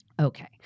Okay